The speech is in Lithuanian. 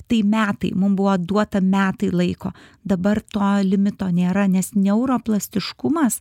tai metai mum buvo duota metai laiko dabar to limito nėra nes neuroplastiškumas